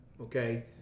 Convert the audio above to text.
okay